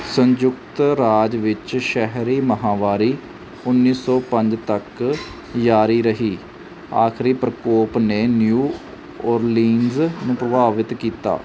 ਸੰਯੁਕਤ ਰਾਜ ਵਿੱਚ ਸ਼ਹਿਰੀ ਮਹਾਂਮਾਰੀ ਉੱਨੀ ਸੌ ਪੰਜ ਤੱਕ ਜਾਰੀ ਰਹੀ ਆਖਰੀ ਪ੍ਰਕੋਪ ਨੇ ਨਿਊ ਓਰਲੀਨਜ਼ ਨੂੰ ਪ੍ਰਭਾਵਿਤ ਕੀਤਾ